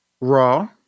Raw